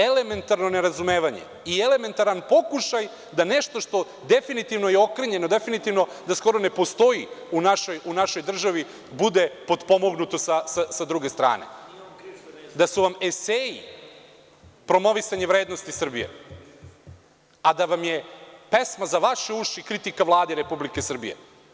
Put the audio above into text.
Elementarno nerazumevanje i elementaran pokušaj da nešto što definitivno je okrnjeno, definitivno da skoro ne postoji u našoj državi, bude potpomognuto sa druge strane, da su vam eseji promovisanje vrednosti Srbije, a da vam je pesma za vaše uši kritika Vladi Republike Srbije.